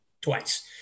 twice